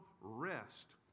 rest